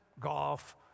golf